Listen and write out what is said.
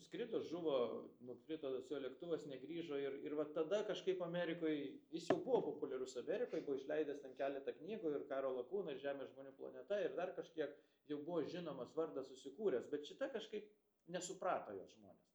skrido žuvo nukrito tas jo lėktuvas negrįžo ir ir va tada kažkaip amerikoj jis jau buvo populiarus amerikoj buvo išleidęs ten keletą knygų ir karo lakūnas žemė žmonių planeta ir dar kažkiek jau buvo žinomas vardą susikūręs bet šita kažkaip nesuprato jos žmonės